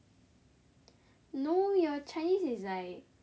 no your chinese is like